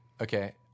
okay